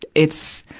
it's,